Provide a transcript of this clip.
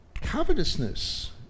covetousness